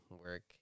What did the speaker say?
work